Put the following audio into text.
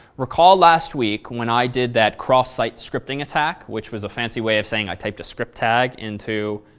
recall last week when i did that cross-site scripting attack, which was a fancy way of saying i typed a script tag into